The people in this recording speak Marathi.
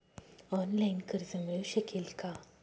ऑनलाईन कर्ज मिळू शकेल का?